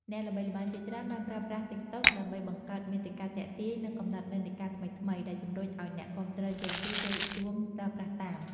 អ្នកល្បីល្បាញជាច្រើនបានប្រើប្រាស់តិកតុក ដើម្បីបង្កើតមាតិកាទាក់ទាញ និងកំណត់និន្នាការថ្មីៗ ដែលជំរុញឱ្យអ្នកគាំទ្រជេនហ្ស៊ីចូលរួមប្រើប្រាស់តាម។